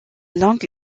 langue